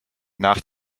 nach